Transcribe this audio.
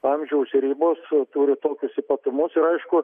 amžiaus ribos turi tokius ypatumus ir aišku